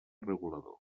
regulador